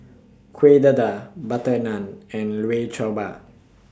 Kuih Dadar Butter Naan and Bao